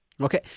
Okay